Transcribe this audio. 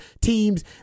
teams